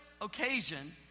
occasion